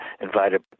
invited